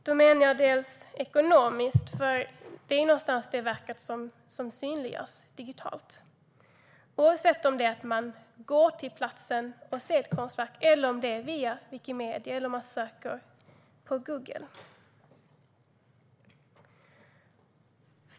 Då menar jag ekonomiskt, eftersom det är ett verk som synliggörs digitalt, oavsett om man tar del av konstverket på plats, om man ser det via Wikimedia eller om man söker på Google.